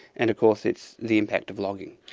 and of course it's the impact of logging.